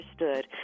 understood